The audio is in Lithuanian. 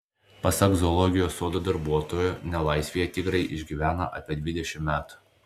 pasak zoologijos sodo darbuotojų nelaisvėje tigrai išgyvena apie dvidešimt metų